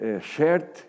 shared